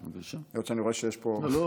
היות שאני רואה שיש פה --- בבקשה.